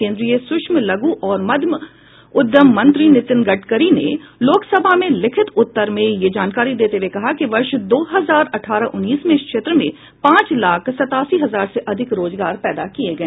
केन्द्रीय सूक्ष्म लघु और मध्यम उद्यम मंत्री नितिन गडकरी ने लोकसभा में लिखित उत्तर में यह जानकारी देते हुए कहा कि वर्ष दो हजार अठारह उन्नीस में इस क्षेत्र में पांच लाख सत्तासी हजार से अधिक रोजगार पैदा किए गए